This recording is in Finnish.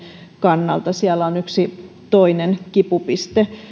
kannalta siellä on yksi toinen kipupiste